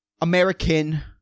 American